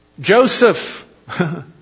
Joseph